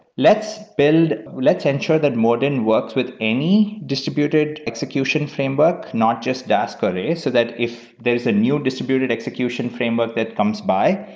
let's let's ensure that modin works with any distributed execution framework, not just dask or ray, so that if there is a new distributed execution framework that comes by,